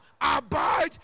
Abide